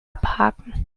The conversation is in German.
abhaken